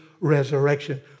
resurrection